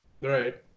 right